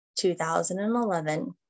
2011